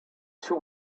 two